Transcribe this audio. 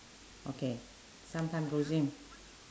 okay sometime go gym